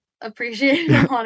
appreciate